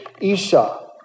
Esau